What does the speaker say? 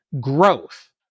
growth